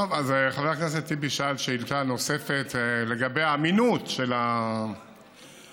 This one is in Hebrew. חבר הכנסת טיבי שאל שאילתה נוספת לגבי האמינות של הדברים.